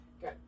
good